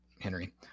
Henry